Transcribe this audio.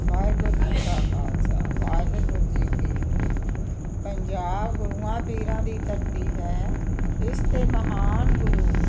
ਵਾਹਿਗੁਰੂ ਜੀ ਕਾ ਖਾਲਸਾ ਵਾਹਿਗੁਰੂ ਜੀ ਕੀ ਫਤਿਹ ਪੰਜਾਬ ਗੁਰੂਆਂ ਪੀਰਾਂ ਦੀ ਧਰਤੀ ਹੈ ਇਸ 'ਤੇ ਮਹਾਨ ਗੁਰੂ